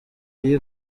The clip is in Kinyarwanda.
y’i